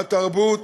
התרבות